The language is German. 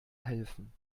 helfen